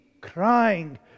Crying